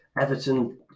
Everton